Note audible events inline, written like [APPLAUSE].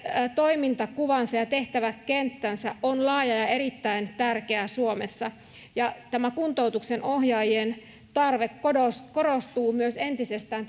toimintakuvansa ja tehtäväkenttänsä on laaja ja erittäin tärkeä suomessa kuntoutuksen ohjaajien tarve korostuu korostuu myös entisestään [UNINTELLIGIBLE]